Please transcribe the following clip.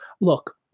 look